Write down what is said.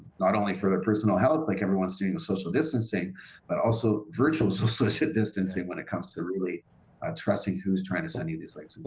not only for their personal health like everyone's doing the social distancing but also virtual so so social distancing when it comes to really ah trusting who's trying to send you these links. well,